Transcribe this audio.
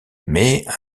mais